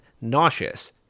nauseous